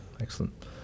Excellent